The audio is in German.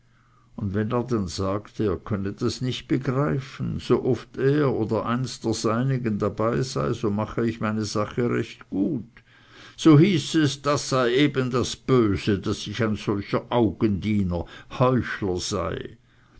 und wenn er dann sagte er könne das nicht begreifen sooft er oder eins der seinigen dabei sei mache ich meine sache recht gut so hieß es das sei eben das böse daß ich ein solcher augendiener heuchler sei